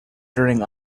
during